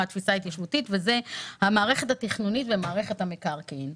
תפיסה התיישבותית וזאת המערכת התכנונית ומערכת המקרקעין.